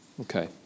Okay